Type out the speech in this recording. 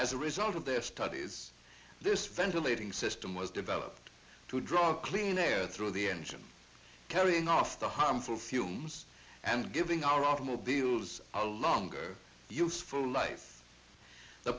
as a result of their studies this ventilating system was developed to draw a clean air through the engine carrying off the harmful fumes and giving our automobiles a longer useful